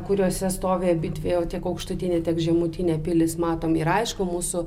kuriose stovi abidvi tiek aukštutinė tiek žemutinė pilys matom ir aišku mūsų